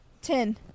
Ten